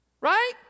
Right